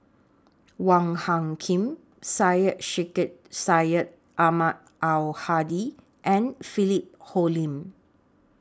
Wong Hung Khim Syed Sheikh Syed Ahmad Al Hadi and Philip Hoalim